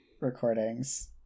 recordings